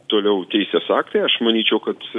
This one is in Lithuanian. toliau teisės aktai aš manyčiau kad